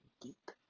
deep